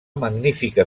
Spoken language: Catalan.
magnífica